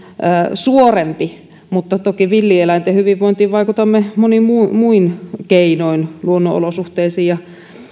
suorempi mutta toki villieläinten hyvinvointiin vaikutamme monin muin keinoin luonnonolosuhteisiin ja